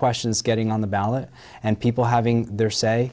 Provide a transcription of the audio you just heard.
questions getting on the ballot and people having their say